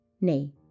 Nay